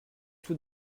tout